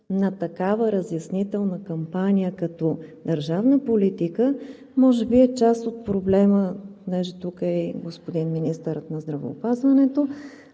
на такава разяснителна кампания като държавна политика, може би е част от проблема – понеже тук е и министърът на здравеопазването